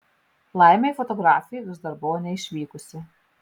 laimei fotografė vis dar buvo neišvykusi